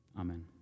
Amen